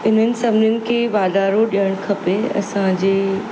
इन्हनि सभिनीनि खे वाधारो ॾियणु खपे असांजे